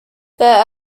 there